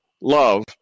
love